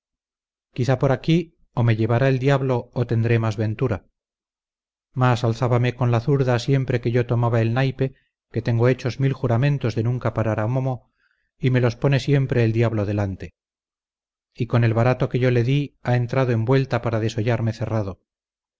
quizá por aquí o me llevará el diablo o tendré más ventura mas alzábame con la zurda siempre que yo tomaba el naipe que tengo hechos mil juramentos de nunca parar a momo y me los pone siempre el diablo delante y con el barato que yo le di ha entrado en vuelta para desollarme cerrado